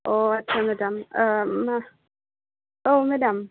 अ आस्सा मेडाम औ मेडाम